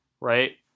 right